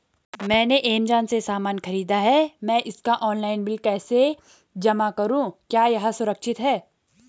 मैंने ऐमज़ान से सामान खरीदा है मैं इसका ऑनलाइन बिल कैसे जमा करूँ क्या यह सुरक्षित है?